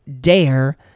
dare